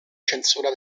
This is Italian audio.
censura